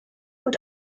und